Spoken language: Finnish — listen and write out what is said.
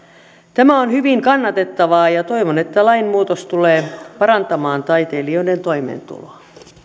tämä on hyvin kannatettavaa ja ja toivon että lainmuutos tulee parantamaan taiteilijoiden toimeentuloa